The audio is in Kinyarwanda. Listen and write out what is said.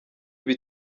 ibi